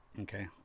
Okay